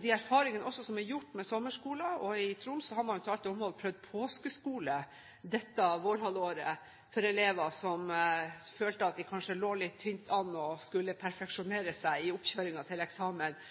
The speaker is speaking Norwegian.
De erfaringer som er gjort med sommerskoler, og i Troms har man til alt overmål dette vårhalvåret prøvd påskeskole for elever som følte at de kanskje lå litt tynt an og skulle perfeksjonere seg i oppkjøringen til eksamen,